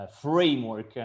framework